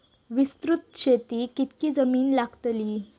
विस्तृत शेतीक कितकी जमीन लागतली?